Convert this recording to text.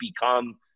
become